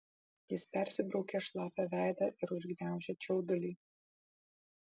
jis persibraukė šlapią veidą ir užgniaužė čiaudulį